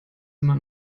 immer